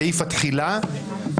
סעיף התחילה.